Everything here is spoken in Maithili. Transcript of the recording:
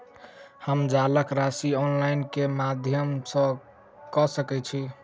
हम जलक राशि ऑनलाइन केँ माध्यम सँ कऽ सकैत छी?